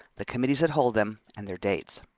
the committees that hold them, and their dates.